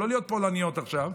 לא להיות פולניות עכשיו.